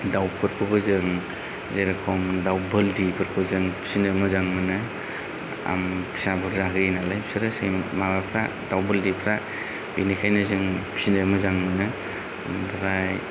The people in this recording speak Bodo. दाउफोरखौबो जों जेरख'म दाउ बोलदिफोरखौ जों फिनो मोजां मोनो फिसा बुरजा होयो नालाय बिसोरो माबाफ्रा दाउ बोलदिफ्रा बेनिखायनो जों फिनो मोजां मोनो ओमफ्राय